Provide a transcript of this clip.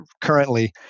currently